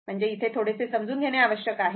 म्हणजे थोडेसे समजून घेणे आवश्यक आहे